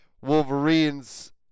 Wolverines